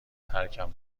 ترکم